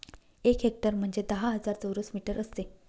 एक हेक्टर म्हणजे दहा हजार चौरस मीटर असते